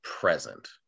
present